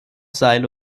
seile